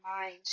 mind